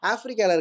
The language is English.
Africa